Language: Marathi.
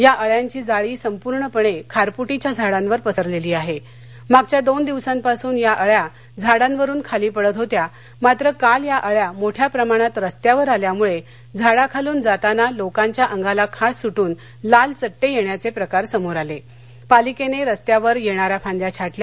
या अळ्यांची जाळी संपूर्णपणखारफुटीच्या झाडांवर पसरलक्षी आहा मागच्या दोन दिवसांपासून या अळ्या झाडावरून खाली पडत होत्या मात्र काल या अळ्या मोठ्या प्रमाणात रस्त्यावर आल्यामुळखिडाखालून जाताना लोकांच्या अंगाला खाज सुटून लाल चट्टविध्याच प्रिकार समोर आल पालिक्व उस्त्यावर यणिया फांद्या छाटल्या